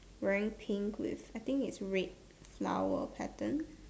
wearing pink with I think it's red flower pattern